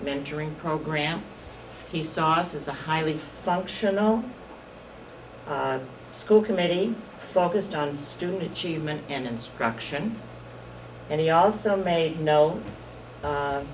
mentoring program he sauces a highly functional school committee softest on student achievement and instruction and he also made no